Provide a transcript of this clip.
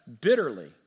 bitterly